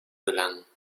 gelangen